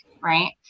right